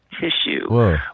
tissue